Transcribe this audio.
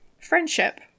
friendship